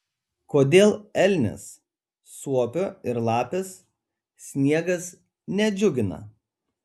kodėl elnės suopio ir lapės sniegas nedžiugina